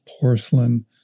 porcelain